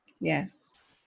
yes